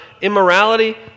immorality